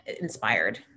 inspired